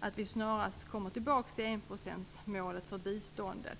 att Sverige snarast kommer tillbaka till enprocentsmålet för biståndet.